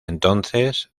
entonces